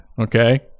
Okay